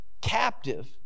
captive